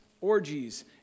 orgies